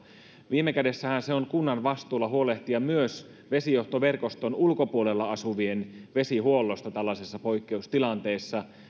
viime kädessähän se on kunnan vastuulla huolehtia myös vesijohtoverkoston ulkopuolella asuvien vesihuollosta tällaisessa poikkeustilanteessa